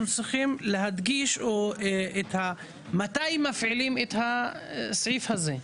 צריכים להדגיש מתי מפעילים את הסעיף הזה?